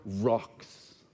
rocks